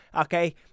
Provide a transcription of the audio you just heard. Okay